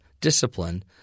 discipline